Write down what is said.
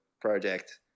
project